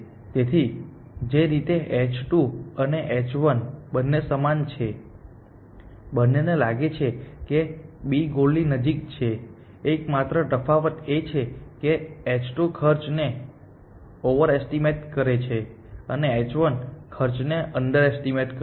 તેથી જે રીતે h2 અને h1 બંને સમાન છે બંનેને લાગે છે કે B ગોલની નજીક છે એકમાત્ર તફાવત એ છે કે h2 ખર્ચને ઓવરએસ્ટીમેટ કરે છે અને h1 ખર્ચને અંડર એસ્ટીમેટ કરે છે